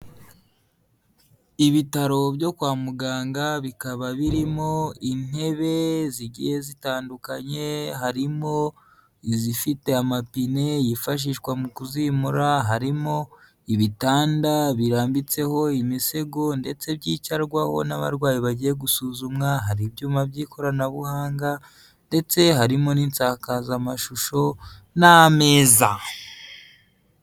Ibitaro byo kwa muganga bikaba birimo intebe zigiye zitandukanye, harimo izifite amapine yifashishwa mu kuzimura, harimo ibitanda birambitseho imisego ndetse byicarwaho n'abarwayi bagiye gusuzumwa, hari ibyuma by'ikoranabuhanga ndetse harimo n'isankazamashusho n'ameza.